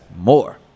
more